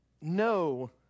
no